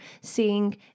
seeing